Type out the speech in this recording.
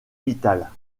vitale